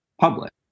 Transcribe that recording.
public